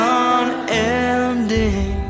unending